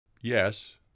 Yes